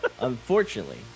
Unfortunately